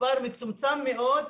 במספר מצומצם מאוד,